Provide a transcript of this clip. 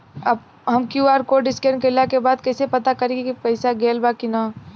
हम QR code scan कइला के बाद कइसे पता करि की पईसा गेल बा की न?